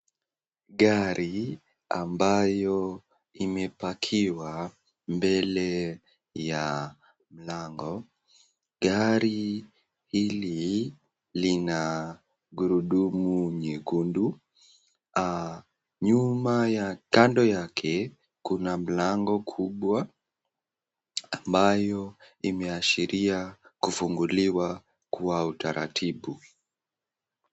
Gari ambayo imeegeshwa mbele ya lango. Gari hili lina gurudumu nyekundu, kando yake kubwa lango kubwa ambalo limeashiria kufunguliwa kwa utaratibu.